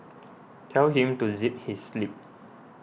tell him to zip his lip